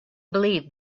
believed